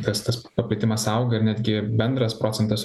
tas tas paplitimas auga ir netgi bendras procentas